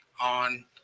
on